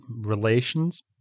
relations